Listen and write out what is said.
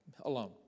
alone